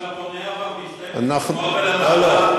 כשאתה בונה 12 קומות ומעלה,